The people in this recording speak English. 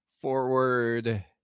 forward